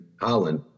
Holland